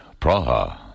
Praha